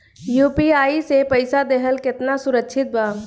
UPI से पईसा देहल केतना सुरक्षित बा?